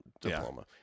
diploma